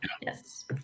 Yes